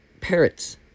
parrots